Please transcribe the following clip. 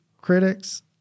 critics